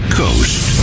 coast